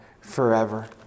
forever